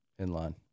inline